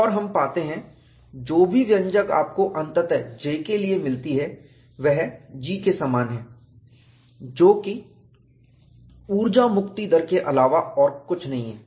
और हम पाते हैं जो भी व्यंजक आपको अंततः J के लिए मिलती है वह G के समान है जो कि ऊर्जा मुक्ति दर के अलावा और कुछ नहीं है